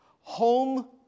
Home